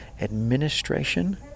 administration